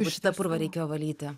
šitą purvą reikėjo valyti